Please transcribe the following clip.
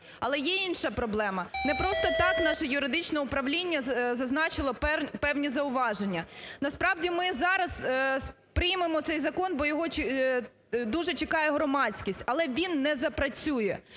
Але є інша проблема. Непросто так наше юридичне управління зазначило певні зауваження. Насправді, ми зараз приймемо цей закон, бо його дуже чекає громадськість, але він не запрацює,